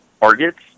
targets